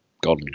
gone